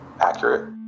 accurate